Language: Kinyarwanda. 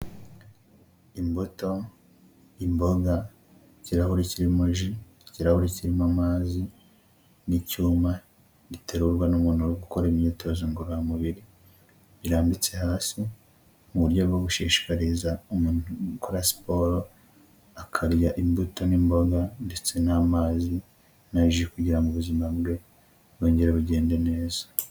Imbuto, imboga, ikirahuri kirimo ji, ikirahuri kirimo amazi n' icyuma giterurwa n'umuntu uri gukora imyitozo ngororamubiri, birambitse hasi, mu buryo bwo gushishikariza umuntu gukora siporo akarya imbuto n'imboga ndetse n'amazi na ji kugira ngo ubuzima bwe bwongere bugende neza.